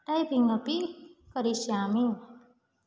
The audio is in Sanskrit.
टैपिङ्ग् अपि करिष्यामि